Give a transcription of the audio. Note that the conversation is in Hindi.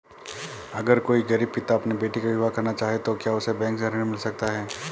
अगर कोई गरीब पिता अपनी बेटी का विवाह करना चाहे तो क्या उसे बैंक से ऋण मिल सकता है?